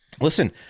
Listen